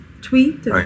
tweet